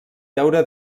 veure